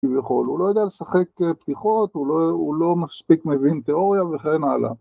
‫כביכול, הוא לא יודע לשחק פתיחות, ‫הוא לא מספיק מבין תיאוריה וכן הלאה.